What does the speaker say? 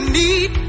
need